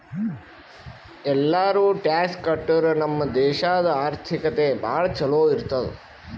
ಎಲ್ಲಾರೂ ಟ್ಯಾಕ್ಸ್ ಕಟ್ಟುರ್ ನಮ್ ದೇಶಾದು ಆರ್ಥಿಕತೆ ಭಾಳ ಛಲೋ ಇರ್ತುದ್